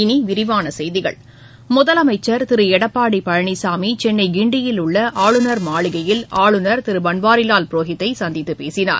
இனி விரிவான செய்திகள் முதலமைச்சர் திரு எடப்பாடி பழனிசாமி சென்னை கிண்டியில் உள்ள ஆளுநர் மாளிகையில் ஆளுநர் திரு பன்வாரிலால் புரோஹித்தை சந்தித்து பேசினார்